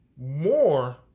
more